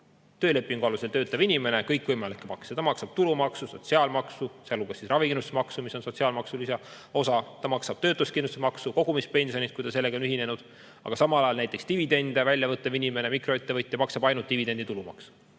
töölepingu alusel töötav inimene kõikvõimalikke makse. Ta maksab tulumaksu, sotsiaalmaksu, sealhulgas ravikindlustusmaksu, mis on sotsiaalmaksu osa, ta maksab töötuskindlustusmaksu, kogumispensionimakseid, kui ta kogumispensioni[süsteemiga] on ühinenud, aga samal ajal näiteks dividende välja võttev inimene, mikroettevõtja maksab ainult dividendilt tulumaksu.